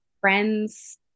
friends